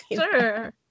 Sure